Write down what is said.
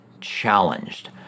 challenged